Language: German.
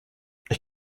ich